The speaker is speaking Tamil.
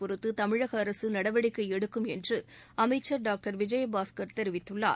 பொறுத்து தமிழக அரசு நடவடிக்கை எடுக்கும் என்று அமைச்சர் டாக்டர் விஜயபாஸ்கர் தெரிவித்துள்ளார்